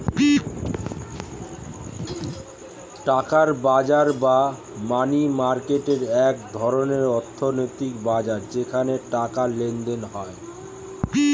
টাকার বাজার বা মানি মার্কেট এক ধরনের অর্থনৈতিক বাজার যেখানে টাকার লেনদেন হয়